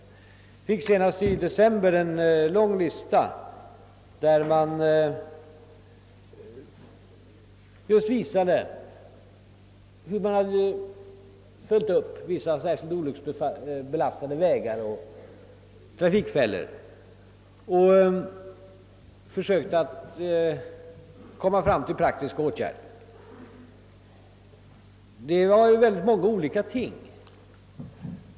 Jag fick senast i december en lång lista där man just visade hur man följt upp vissa särskilt olycksbelastade vägar och trafikfällor och försökt vidta praktiska åtgärder. Det var många olika ting.